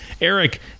Eric